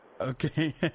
Okay